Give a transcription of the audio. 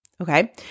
Okay